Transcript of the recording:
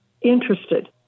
interested